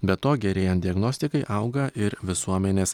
be to gerėjant diagnostikai auga ir visuomenės